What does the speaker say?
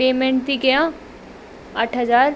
payment थी कयां अठ हज़ार